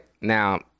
now